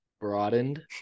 broadened